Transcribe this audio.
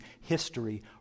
history